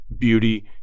beauty